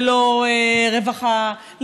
ללא רווחה,